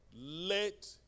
let